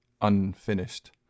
unfinished